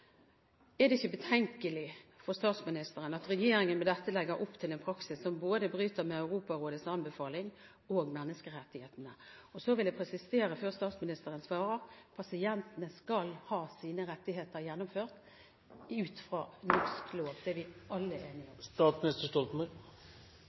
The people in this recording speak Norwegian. Er det ikke betenkelig for statsministeren at regjeringen med dette legger opp til en praksis som bryter med både Europarådets anbefaling og menneskerettighetene? Så vil jeg presisere før statsministeren svarer: Pasientene skal ha sine rettigheter gjennomført ut fra norsk lov. Det er vi alle enige